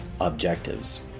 objectives